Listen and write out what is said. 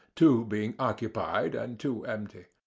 two being occupied and two empty.